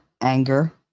anger